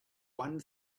one